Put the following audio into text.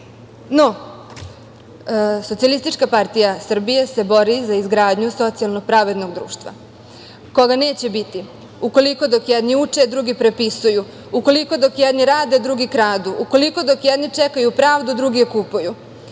javnost. Socijalistička partija Srbije se bori za izgradnju socijalno pravednog društva, koga neće biti ukoliko dok jedni uče drugi prepisuju, ukoliko dok jedni rade drugi kradu, ukoliko dok jedni čekaju pravdu drugi je kupuju.